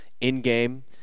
in-game